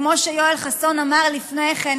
וכמו שיואל חסון אמר לפני כן,